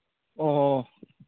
ꯑꯣ